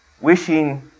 wishing